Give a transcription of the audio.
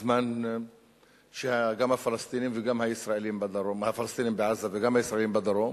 בזמן שגם הפלסטינים בעזה וגם הישראלים בדרום